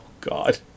God